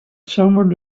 someone